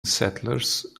settlers